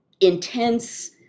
intense